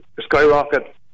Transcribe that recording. skyrocket